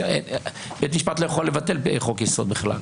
בית משפט לא יכול לבטל חוק-יסוד בכלל.